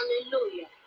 hallelujah